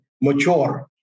mature